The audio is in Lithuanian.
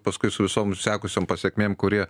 paskui su visom sekusiom pasekmėm kurie